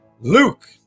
Luke